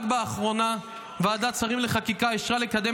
רק לאחרונה ועדת השרים לחקיקה אישרה לקדם